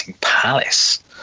Palace